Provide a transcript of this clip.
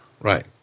Right